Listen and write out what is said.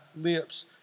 lips